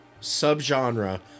subgenre